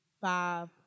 five